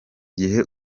gihe